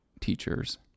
teachers